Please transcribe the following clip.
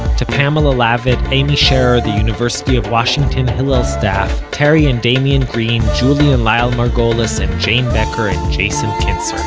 to pamela lavitt, amee sherer, the university of washington hillel staff, terri and damian green, julie and lyle margulies and jane becker and jason kintzer.